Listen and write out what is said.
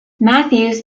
matthews